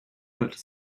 red